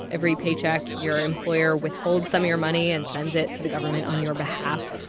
every paycheck, your employer withholds some of your money and sends it to the government on your behalf.